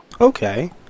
okay